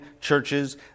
churches